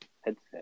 headset